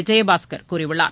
விஜயபாஸ்கர் கூறியுள்ளார்